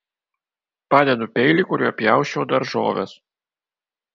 padedu peilį kuriuo pjausčiau daržoves